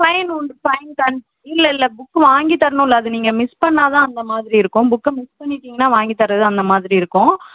fine உண்டு fine கண் இல்லை இல்லை புக் வாங்கி தரணுல்லை அது நீங்கள் மிஸ் பண்ணால் தான் அந்தமாதிரி இருக்கும் புக்கை மிஸ் பண்ணிட்டீங்கன்னா வாங்கி தரது அந்தமாதிரி இருக்கும்